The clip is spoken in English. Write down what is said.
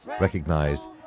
recognized